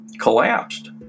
collapsed